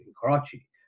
karachi